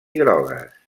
grogues